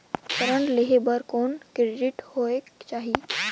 ऋण लेहे बर कौन क्रेडिट होयक चाही?